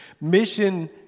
Mission